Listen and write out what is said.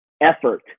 effort